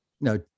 No